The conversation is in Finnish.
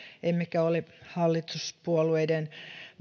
emmekä ole hallituspuolueiden